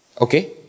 Okay